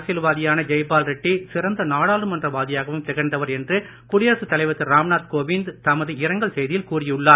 அரசியல்வாதியான ஜெய்பால் ரெட்டி சிறந்த நாடாளுமன்ற வாதியாகவும் திகழ்ந்தவர் என்று குடியரசு தலைவர் திரு ராம்நாத் கோவிந்த் தமது இரங்கல் செய்தியில் கூறியுள்ளார்